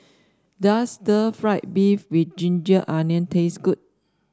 does stir fry beef with ginger onion taste good